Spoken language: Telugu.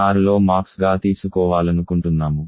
nr లో మాక్స్ గా తీసుకోవాలనుకుంటున్నాము